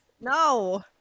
No